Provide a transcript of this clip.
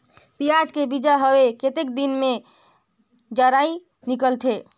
पियाज के बीजा हवे कतेक दिन मे जराई निकलथे?